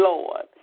Lord